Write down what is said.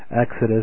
Exodus